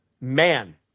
man